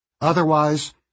Otherwise